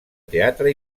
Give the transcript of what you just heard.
teatre